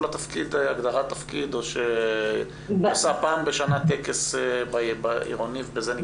לתפקיד הגדרת תפקיד או שהיא עושה פעם בשנה טקס עירוני ובזה זה נגמר?